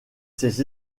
ses